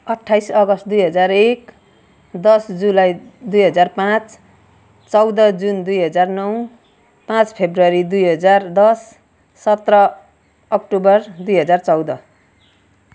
अट्ठाइस अगस्त दुई हजार एक दस जुलाई दुई हजार पाँच चौध जुन दुई हजार नौ पाँच फेब्रुअरी दुई हजार दस सत्र अक्टोबर दुई हजार चौध